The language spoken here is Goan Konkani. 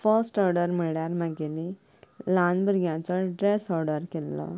फस्ट ओर्डर म्हणल्यार म्हगेली ल्हान भुरग्या ड्रेस ओर्डर केल्लो